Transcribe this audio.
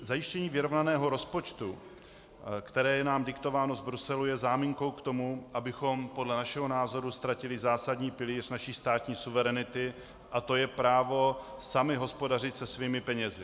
Zajištění vyrovnaného rozpočtu, které je nám diktováno z Bruselu, je záminkou k tomu, abychom podle našeho názoru ztratili zásadní pilíř naší státní suverenity, a to je právo sami hospodařit se svými penězi.